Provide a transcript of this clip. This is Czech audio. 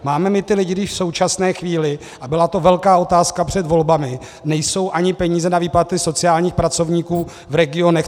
Máme my ty lidi, když v současné chvíli, a byla to velká otázka před volbami, nejsou ani peníze na výplaty sociálních pracovníků v regionech?